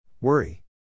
Worry